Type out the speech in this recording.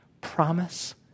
promise